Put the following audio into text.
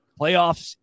playoffs